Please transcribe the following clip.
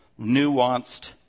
nuanced